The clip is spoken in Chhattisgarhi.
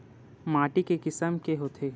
माटी के किसम के होथे?